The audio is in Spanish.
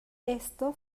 esto